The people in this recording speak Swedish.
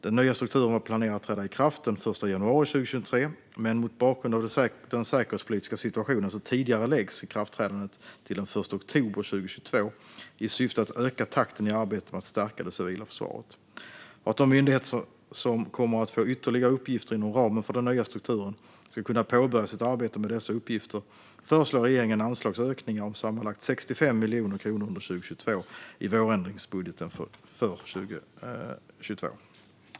Den nya strukturen var planerad att träda i kraft den 1 januari 2023, men mot bakgrund av den säkerhetspolitiska situationen tidigareläggs ikraftträdandet till den 1 oktober 2022 i syfte att öka takten i arbetet med att stärka det civila försvaret. För att de myndigheter som kommer att få ytterligare uppgifter inom ramen för den nya strukturen ska kunna påbörja sitt arbete med dessa uppgifter, föreslår regeringen anslagsökningar om sammanlagt 65 miljoner kronor under 2022 i vårändringsbudgeten för 2022.